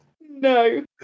No